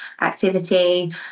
activity